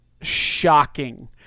shocking